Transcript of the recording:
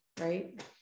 right